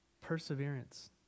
Perseverance